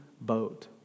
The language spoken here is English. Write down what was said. boat